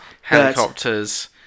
helicopters